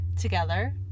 together